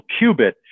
qubit